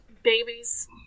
Babies